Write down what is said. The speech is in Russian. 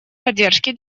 поддержки